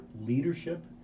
leadership